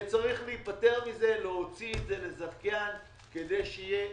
וצריך להיפטר מזה, להוציא את זה לזכיין כדי שיהיה.